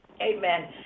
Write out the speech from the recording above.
Amen